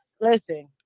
Listen